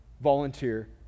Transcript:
volunteer